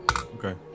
okay